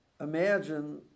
imagine